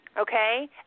okay